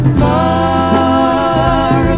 far